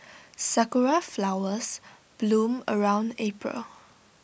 Sakura Flowers bloom around April